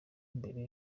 imbere